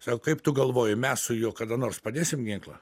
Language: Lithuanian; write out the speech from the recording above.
savo kaip tu galvoji mes su juo kada nors pradėsim ginklą